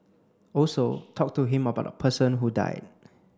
also talk to him about the person who died